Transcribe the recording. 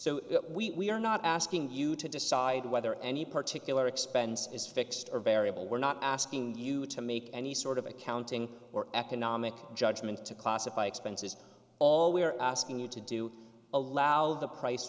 so we are not asking you to decide whether any particular expense is fixed or variable we're not asking you to make any sort of accounting or economic judgment to classify expenses all we are asking you to do allow the price